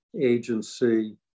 agency